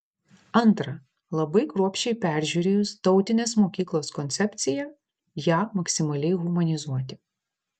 antra labai kruopščiai peržiūrėjus tautinės mokyklos koncepciją ją maksimaliai humanizuoti